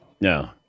No